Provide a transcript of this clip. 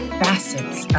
facets